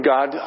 God